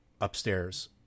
upstairs